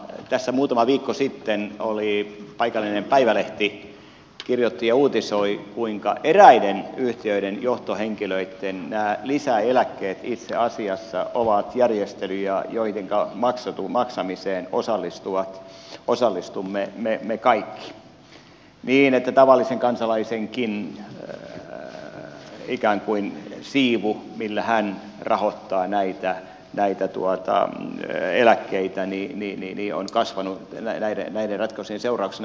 tässä muutama viikko sitten paikallinen päivälehti kirjoitti ja uutisoi kuinka eräiden yhtiöiden johtohenkilöitten lisäeläkkeet itse asiassa ovat järjestelyjä joidenka maksamiseen osallistumme me kaikki niin että tavallisen kansalaisenkin ikään kuin siivu millä hän rahoittaa näitä eläkkeitä on kasvanut näiden ratkaisujen seurauksena